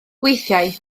weithiau